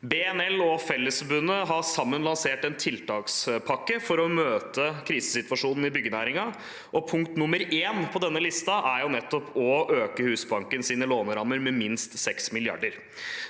BNL og Fellesforbundet har sammen lansert en tiltakspakke for å møte krisesituasjonen i byggenæringen, og punkt nummer én på denne listen, er nettopp å øke Husbankens lånerammer med minst 6 mrd.